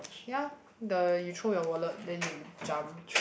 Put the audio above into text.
ya the you throw your wallet then you jump